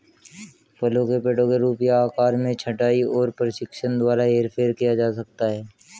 फलों के पेड़ों के रूप या आकार में छंटाई और प्रशिक्षण द्वारा हेरफेर किया जा सकता है